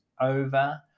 over